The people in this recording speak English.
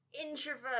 introvert